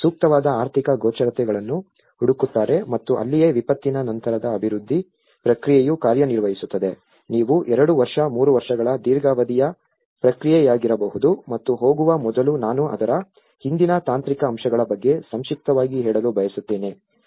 ಸೂಕ್ತವಾದ ಆರ್ಥಿಕ ಗೋಚರತೆಗಳನ್ನು ಹುಡುಕುತ್ತಾರೆ ಮತ್ತು ಅಲ್ಲಿಯೇ ವಿಪತ್ತಿನ ನಂತರದ ಅಭಿವೃದ್ಧಿ ಪ್ರಕ್ರಿಯೆಯು ಕಾರ್ಯನಿರ್ವಹಿಸುತ್ತದೆ ನೀವು ಎರಡು ವರ್ಷ ಮೂರು ವರ್ಷಗಳ ದೀರ್ಘಾವಧಿಯ ಪ್ರಕ್ರಿಯೆಯಾಗಿರಬಹುದು ಮತ್ತು ಹೋಗುವ ಮೊದಲು ನಾನು ಅದರ ಹಿಂದಿನ ತಾಂತ್ರಿಕ ಅಂಶಗಳ ಬಗ್ಗೆ ಸಂಕ್ಷಿಪ್ತವಾಗಿ ಹೇಳಲು ಬಯಸುತ್ತೇನೆ